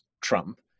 Trump